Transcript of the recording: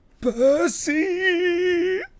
Percy